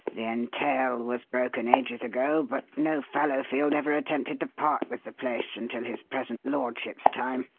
the entail was broken ages ago, but no fallowfield ever attempted to part with the place until his present lordship's time.